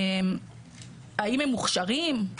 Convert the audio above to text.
האם הם מוכשרים לכך?